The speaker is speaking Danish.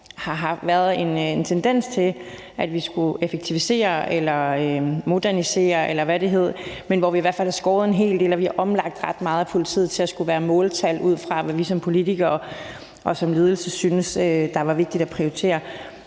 har været en tendens til, at vi skulle effektivisere, modernisere, eller hvad det hed, altså hvor vi i hvert fald har skåret en hel del ned og omlagt ret meget af politiet til at skulle være måltal, ud fra hvad vi som politikere og ledelse synes der var vigtigt at prioritere.